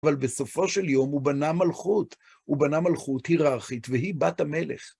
אבל בסופו של יום הוא בנה מלכות, הוא בנה מלכות היררכית, והיא בת המלך.